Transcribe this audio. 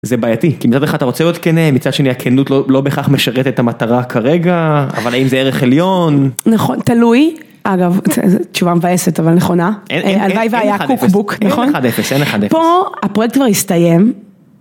זה בעייתי כי מצד אחד אתה רוצה להיות כנה, מצד שני הכנות לא בהכרח משרתת את המטרה כרגע, אבל אם זה ערך עליון... נכון תלוי. אגב תשובה מבאסת אבל נכונה. הלוואי והיה cookbook נכון? אין אחד/אפס. אין אחד/אפס. פה הפרויקט כבר הסתיים